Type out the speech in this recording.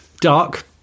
Dark